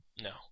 no